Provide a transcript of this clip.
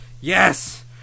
yes